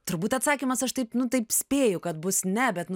turbūt atsakymas aš taip nu taip spėju kad bus ne bet